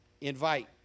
invite